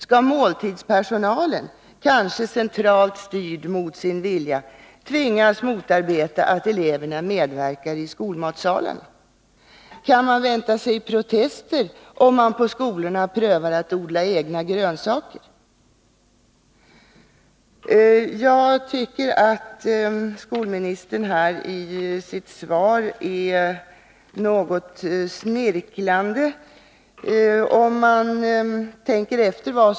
Skall måltidspersonalen, kanske centralt styrd mot sin vilja, tvingas motarbeta att eleverna medverkar i skolmatsalen? Är protester att vänta om man på skolorna prövar att odla egna grönsaker? Jag tycker att skolministerns svar är något snirklande.